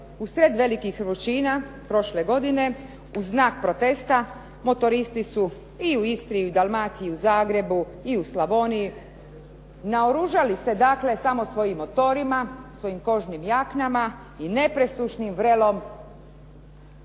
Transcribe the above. usred velikih vrućina prošle godine u znak protesta motoristi i u Istri, Dalmaciji i u Zagrebu i u Slavoniji naoružali se dakle samo svojim motorima, svojim kožnim jaknama i nepresušnim vrelom